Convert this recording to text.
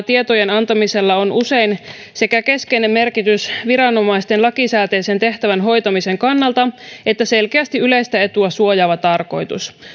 tietojen antamisella on usein sekä keskeinen merkitys viranomaisten lakisääteisen tehtävän hoitamisen kannalta että selkeästi yleistä etua suojaava tarkoitus